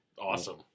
awesome